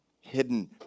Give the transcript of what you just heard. Hidden